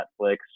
Netflix